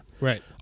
Right